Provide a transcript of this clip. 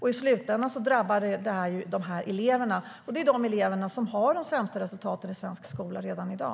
I slutändan drabbar det här eleverna, och det är de eleverna som har de sämsta resultaten i svensk skola redan i dag.